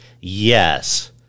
Yes